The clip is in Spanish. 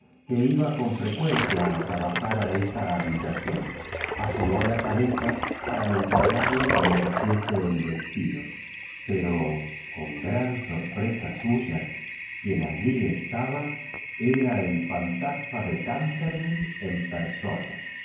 que iba con frecuencia a trabajar a esa ha bí t ación asomó la cabeza para encargarle que la cosiese el vestido poro con gran sorpresa suya quien allí estaba era el fantasma de canter vi lk en per